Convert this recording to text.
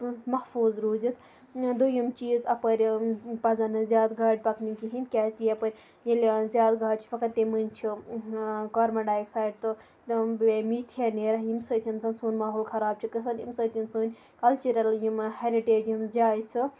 محفوٗظ روٗزِتھ دۄیِم چیٖز اَپٲرۍ پَزَن نہٕ زیادٕ گاڑِ پَکنہِ کِہیٖنۍ کیٛازِ کہِ یَپٲرۍ ییٚلہِ زیادٕ گاڑِ چھٕ پکان تَمہِ مٔنٛزۍ چھِ کاربَن ڈاے آکسایڈ تہٕ بیٚیہِ میٖتھین نیران ییٚمہِ سۭتۍ زَنہٕ سون ماحول خراب چھِ گژھان اَمہِ سۭتۍ سٲنۍ کَلچَرَل یِم ہٮ۪رِٹیج یِم جایہِ سہٕ